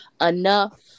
enough